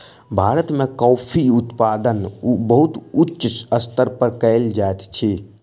भारत में कॉफ़ी उत्पादन बहुत उच्च स्तर पर कयल जाइत अछि